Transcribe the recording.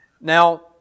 Now